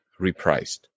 repriced